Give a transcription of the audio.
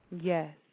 Yes